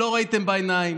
לא ראיתם בעיניים.